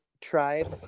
tribes